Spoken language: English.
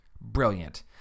Brilliant